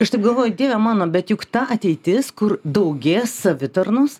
aš taip galvoju dieve mano bet juk ta ateitis kur daugės savitarnos